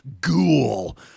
ghoul